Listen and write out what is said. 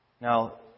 Now